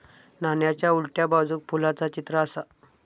नाण्याच्या उलट्या बाजूक फुलाचा चित्र आसा